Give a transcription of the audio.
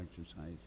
exercise